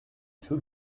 tout